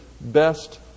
best